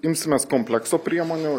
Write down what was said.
imsimės komplekso priemonių